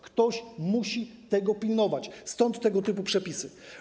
Ktoś musi tego pilnować, stąd tego typu przepisy.